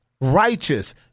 righteous